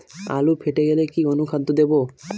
আলু ফেটে গেলে কি অনুখাদ্য দেবো?